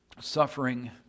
suffering